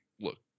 look